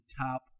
top